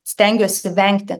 stengiuosi vengti